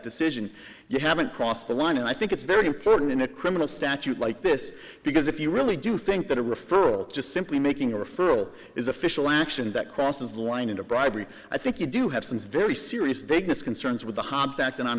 decision you haven't crossed the line and i think it's very important in a criminal statute like this because if you really do think that a referral just simply making a referral is official action that crosses the line into bribery i think you do have some very serious vagueness concerns with the